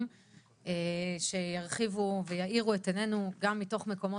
גם השאלה